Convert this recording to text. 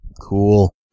cool